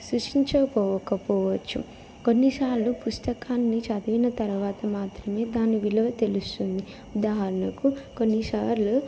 సూచించకపోవచ్చు కొన్నిసార్లు పుస్తకాన్ని చదివిన తర్వాత మాత్రమే దాని విలువ తెలుస్తుంది ఉదాహరణకు కొన్నిసార్లు